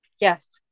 Yes